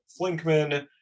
flinkman